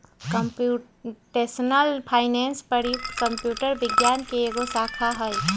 computational finance प्रयुक्त computer विज्ञान के एगो शाखा हइ